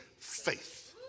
Faith